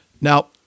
Now